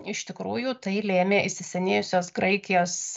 iš tikrųjų tai lėmė įsisenėjusios graikijos